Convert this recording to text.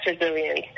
resilience